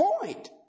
point